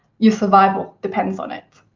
your survival depends on it.